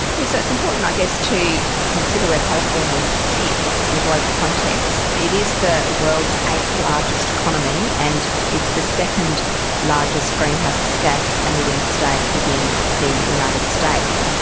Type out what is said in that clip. yeah so it's important i guess to consider where california sits in a global context. it is the world's eighth largest economy, and it's the second largest greenhouse gas emitting state within the united states.